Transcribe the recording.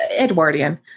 Edwardian